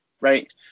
right